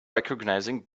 recognizing